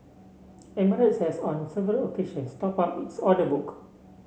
emirates has on several occasions topped up its order book